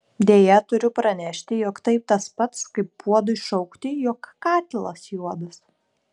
deja turiu pranešti jog tai tas pats kaip puodui šaukti jog katilas juodas